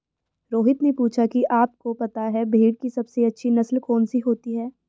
रोहित ने पूछा कि आप को पता है भेड़ की सबसे अच्छी नस्ल कौन सी होती है?